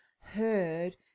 heard